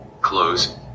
close